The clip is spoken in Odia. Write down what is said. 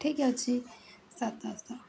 ଠିକ ଅଛି ସାତଶହ